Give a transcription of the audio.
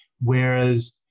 Whereas